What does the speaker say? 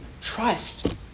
trust